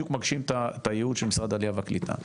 מגשים את הייעוד של משרד העלייה והקליטה.